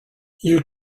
you